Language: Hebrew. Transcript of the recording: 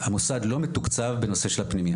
המוסד לא מתוקצב בנושא של הפנימייה,